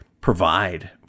provide